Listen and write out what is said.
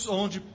onde